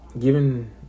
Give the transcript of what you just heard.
given